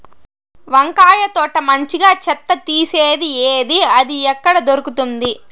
వంకాయ తోట మంచిగా చెత్త తీసేది ఏది? అది ఎక్కడ దొరుకుతుంది?